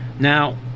Now